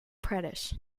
pradesh